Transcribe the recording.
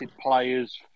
players